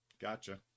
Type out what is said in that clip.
Gotcha